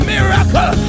Miracle